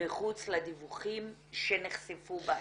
מחוץ לדיווחים שנחשפו בעיתונות,